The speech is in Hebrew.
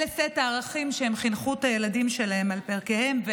זה סט הערכים שהם חינכו את הילדים שלהם עליהם,